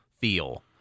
feel